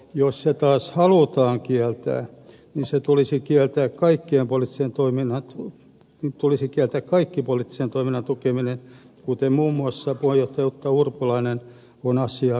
jos se halutaan kieltää niin tulisi kieltää kaikki poliittisen toiminnan tukeminen kuten muun muassa puheenjohtaja jutta urpilainen on asiaa kärjistänyt